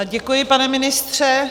Děkuji, pane ministře.